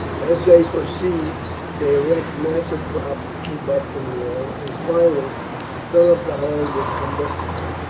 as they proceed they erect massive props to keep up the wall, and finally fill up the hole with combustibles.